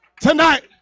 tonight